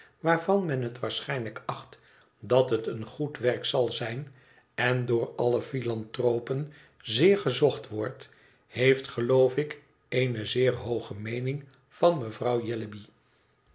waarvan men het waarschijnlijk acht dat het een goed werk zal zijn en door alle philanthropen zeer gezocht wordt heeft geloof ik eene zeer hooge meening van mevrouw jellyby